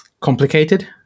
complicated